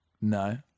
No